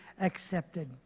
accepted